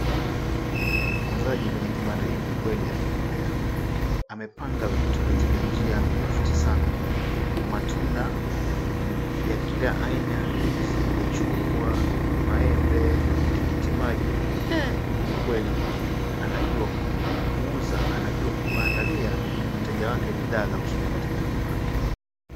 Muuzaji kwenye kibanda hiki kweli amebobea. Amepanga vitu katika njia mufti sana. Matunda ya kila aina, ndizi, machungwa maembe, tikitimaji. Huyu kweli anajua kuuza, anajua kuandalia wateja wake bidhaa za kutumia katika nyumba.